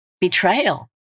betrayal